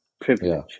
privilege